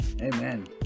Amen